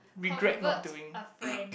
convert a friend